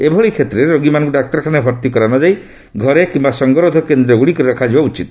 ଏଭଳି କ୍ଷେତ୍ରରେ ରୋଗୀମାନଙ୍କୁ ଡାକ୍ତରଖାନାରେ ଭର୍ତ୍ତି କରା ନ ଯାଇ ଘରେ କିମ୍ବା ସଙ୍ଗରୋଧ କେନ୍ଦ୍ରଗୁଡ଼ିକରେ ରଖାଯିବା ଉଚିତ